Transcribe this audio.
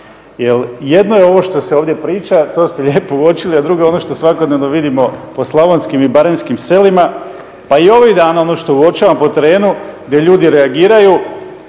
jer jedno je ovo što se ovdje priča, to ste lijepo uočili, a drugo je ono što svakodnevno vidimo po slavonskim i baranjskim selima. Pa i ovih dana ono što uočavam po terenu gdje ljudi reagiraju